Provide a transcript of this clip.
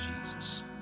Jesus